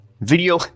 video